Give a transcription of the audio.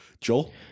Joel